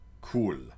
Cool